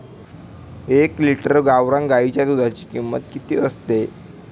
एक लिटर गावरान गाईच्या दुधाची किंमत किती असते?